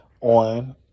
on